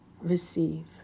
receive